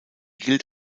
gilt